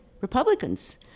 Republicans